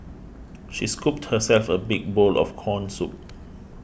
she scooped herself a big bowl of Corn Soup